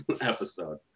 episode